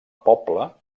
poble